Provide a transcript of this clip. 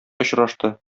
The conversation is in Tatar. очрашты